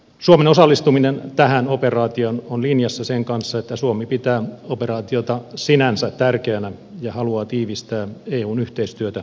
suomen osallistuminen tähän operaatioon on linjassa sen kanssa että suomi pitää operaatiota sinänsä tärkeänä ja haluaa tiivistää eun yhteistyötä vastaavanlaisissa tilanteissa